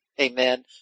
Amen